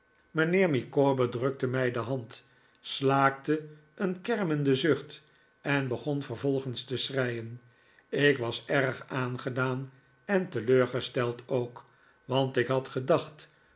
mijnheer micawber drukte mij de hand slaakte een kermenden zucht en begon vervolgens te schreien ik was erg aangedaan en teleurgesteld ook want ik had gedacht